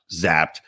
zapped